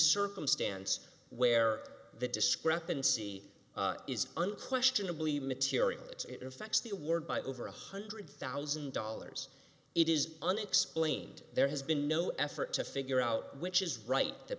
circumstance where the discrepancy it is unquestionably material goods if that's the word by over a hundred thousand dollars it is unexplained there has been no effort to figure out which is right the